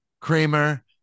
Kramer